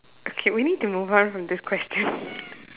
okay we need to move on from this question